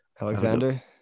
Alexander